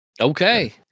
Okay